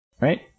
Right